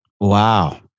Wow